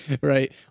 Right